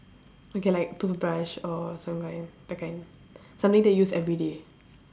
okay like toothbrush or some kind that kind something that you use everyday